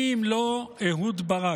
מי אם לא אהוד ברק.